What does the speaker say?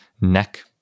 neck